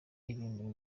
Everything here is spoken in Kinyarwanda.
ibintu